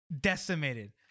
decimated